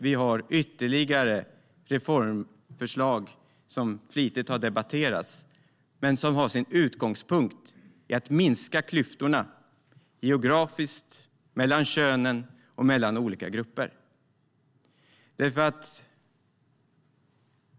Vi har ytterligare reformförslag som har debatterats flitigt men som har sin utgångspunkt i att minska klyftorna geografiskt, mellan könen och mellan olika grupper.